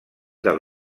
del